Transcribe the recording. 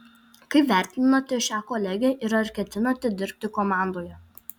kaip vertinate šią kolegę ir ar ketinate dirbti komandoje